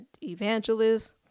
evangelist